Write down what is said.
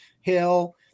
Hill